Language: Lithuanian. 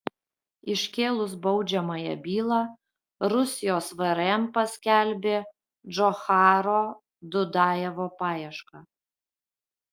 iškėlus baudžiamąją bylą rusijos vrm paskelbė džocharo dudajevo paiešką